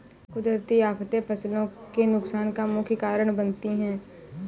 कुदरती आफतें फसलों के नुकसान का मुख्य कारण बनती है